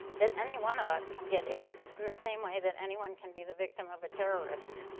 that any one of us can get aids, in the same way that anyone can be the victim of a terrorist.